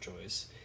choice